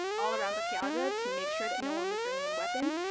all around the qiyada to make sure that no one was bringing in weapons.